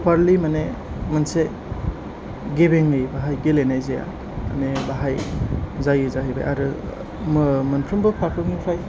properly मानि मोनसे गेबेङै बाहाय गेलेनाय जाय जाहैबाय आरो फारफ्रोमनिफ्राइ